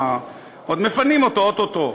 עוד מפנים אותו, או-טו-טו.